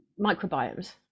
microbiomes